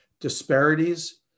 disparities